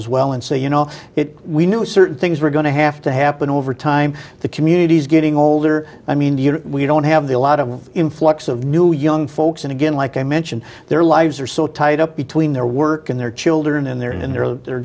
as well and say you know it we knew certain things were going to have to happen over time the community's getting older i mean we don't have the a lot of influx of new young and again like i mentioned their lives are so tied up between their work and their children in their in their they're